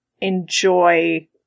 Enjoy